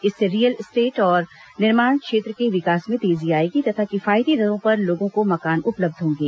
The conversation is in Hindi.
इससे रियल एस्टेट और निर्माण क्षेत्र के विकास में तेजी आएगी तथा किफायती दरों पर लोगों को मकान उपलब्ध होंगे